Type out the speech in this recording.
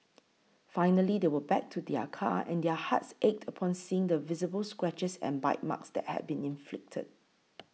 finally they went back to their car and their hearts ached upon seeing the visible scratches and bite marks that had been inflicted